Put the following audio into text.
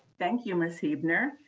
thank you miss huebner.